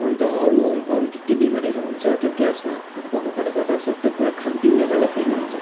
अन्त अरू अरू के के बिमारीहरू हुन्छ त्यो ग्यासमा पकाएकोले गर्दा सबै कुरा खानपिनले गर्दा फेरि नै हुन्छ